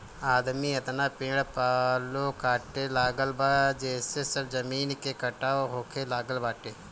आदमी एतना पेड़ पालो काटे लागल बा जेसे सब जमीन के कटाव होखे लागल बाटे